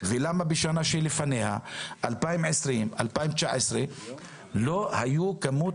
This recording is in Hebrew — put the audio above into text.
ולמה בשנה שלפניה, 2020, 2019, לא היו כמות